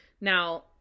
Now